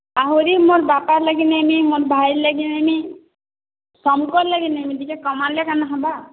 ଆହୁରି ମୋ ବାପାର ଲାଗି ନେଇନି ମୋର ଭାଇର ଲାଗି ନେଇନି ସମ୍ପର ଲାଗି ନେବି ଟିକେ କମାନ ଲାଗି କେନା ହେବା